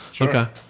Okay